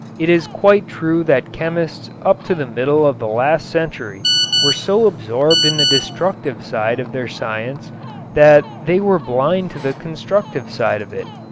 it is quite true that chemists up to the middle of the last century were so absorbed in the destructive side of their science that they were blind to the constructive side of it.